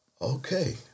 Okay